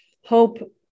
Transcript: Hope